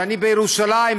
כשאני בירושלים,